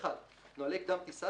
(1) נוהלי קדם טיסה,